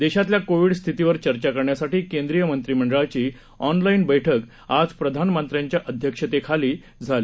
देशातल्या कोविड स्थितीवर चर्चा करण्यासाठी केंद्रीय मंत्रीमंडळाची ऑनलाईन बैठक आज प्रधानमंत्र्यांच्या अध्यक्षतेखाली झाली